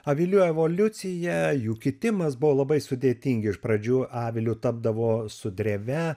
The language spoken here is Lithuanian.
avilių evoliucija jų kitimas buvo labai sudėtingi iš pradžių aviliu tapdavo su drėve